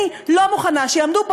אני לא מוכנה שיעמדו פה,